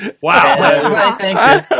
Wow